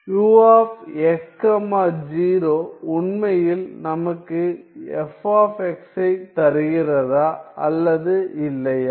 ux 0 உண்மையில் நமக்கு f ஐத் தருகிறதா அல்லது இல்லையா